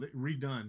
redone